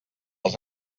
els